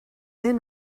thin